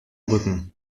rücken